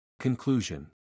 Conclusion